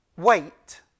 wait